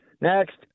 Next